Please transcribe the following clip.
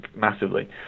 massively